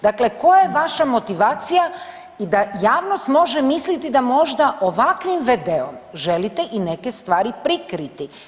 Dakle, koja je vaša motivacija i da javnost može misliti da možda ovakvim v.d. želite i neke stvari prikriti?